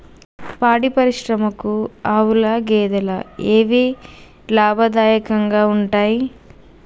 పాడి పరిశ్రమకు ఆవుల, గేదెల ఏవి లాభదాయకంగా ఉంటయ్?